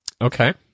Okay